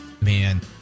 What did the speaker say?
man